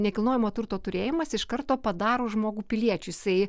nekilnojamo turto turėjimas iš karto padaro žmogų piliečiu jisai